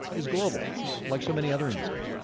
is global like so many other industries.